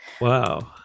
Wow